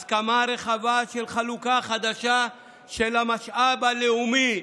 הסכמה רחבה על חלוקה חדשה של המשאב הלאומי.